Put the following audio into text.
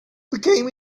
became